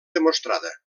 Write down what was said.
demostrada